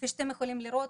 כפי שאתם יכולים לראות,